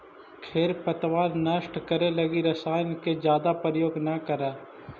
खेर पतवार नष्ट करे लगी रसायन के जादे प्रयोग न करऽ